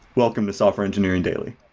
welcome to software engineering dailyi.